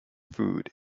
food